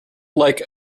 like